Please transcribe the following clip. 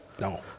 No